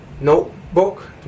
notebook